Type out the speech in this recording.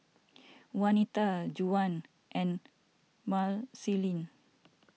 Wanita Juwan and Marceline